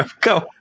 Go